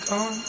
on